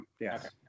yes